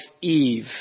Eve